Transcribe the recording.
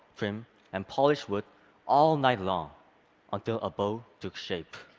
trim and polish wood all night long until a bow took shape.